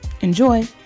Enjoy